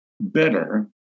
better